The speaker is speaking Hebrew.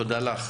תודה לך.